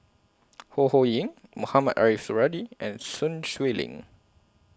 Ho Ho Ying Mohamed Ariff Suradi and Sun Xueling